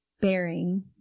bearing